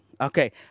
Okay